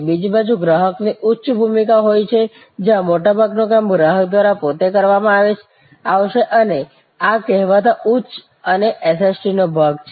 બીજી બાજુ ગ્રાહકની ઉચ્ચ ભૂમિકા હોઈ શકે છે જ્યાં મોટા ભાગનું કામ ગ્રાહક દ્વારા કરવામાં આવશે અને આ કહેવાતા ઉચ્ચ અને SST નો ભાગ છે